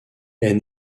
est